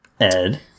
Ed